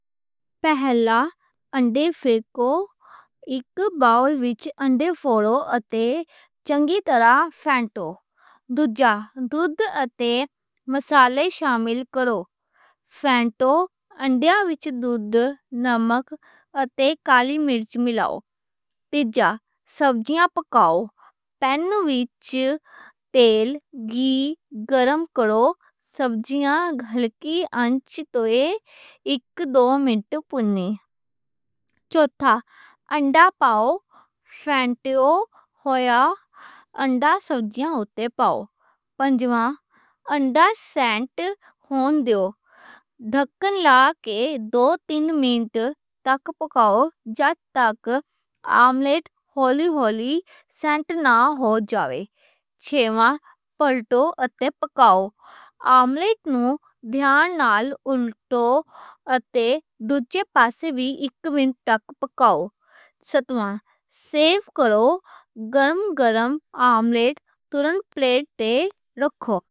پہلا، انڈے فیکو۔ اک باؤ وچ انڈے فول تے چنگی ترا سینٹو۔ دوجا، دودھ اتے مسالے شامل کرو۔ انڈے وچ دودھ، نمک اتے کالی مرچ ملاؤ۔ تیجا، پکاؤ۔ تیل، گھی گرم کرو۔ ہلکی آنچ تے اک، دو منٹ۔ چوٹھا، انڈا پاؤ۔ سیٹ ہو جائے انڈا۔ پنجواں، انڈا سیٹ ہون دیو۔ دو تین منٹ تک پکاؤ جت تک آملیٹ ہولی ہولی سیٹ نہ ہو جائے۔ چھواں، پلٹو اتے پکاؤ۔ آملیٹ نوں الٹو تے دوجی پاسے وی اک منٹ تک پکاؤ۔ ستما، سرف کرو گرم گرم آملیٹ نوں پلیٹ تے رکھو۔